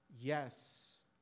Yes